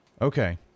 Okay